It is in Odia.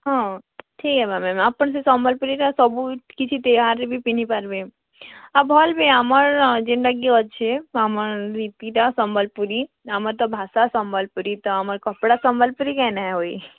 ହଁ ଠିକ୍ ହେବା ମ୍ୟାମ୍ ଆପଣ ସେ ସମ୍ୱଲପୁରୀଟା ସବୁକିଛି ତିହାର୍ରେ ବି ପିନ୍ଧିପାର୍ବେ ଆଉ ଭଲ୍ ବି ଆମର୍ ଯେନ୍ତାକି ଅଛି ଆମର୍ ରୀତିଟା ସମ୍ୱଲପୁରୀ ଆମର୍ ତ ଭାଷା ସମ୍ୱଲପୁରୀ ତ ଆମର୍ କପଡ଼ା ସମ୍ୱଲପୁରୀ କାଏଁ ନ ହୁଇ